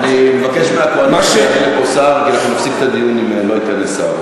אני חושב שחסינות של חבר כנסת היא מוסד שחבר הכנסת לא יכול לוותר עליו.